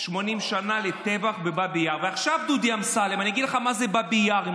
80 שנה לטבח בבאבי יאר.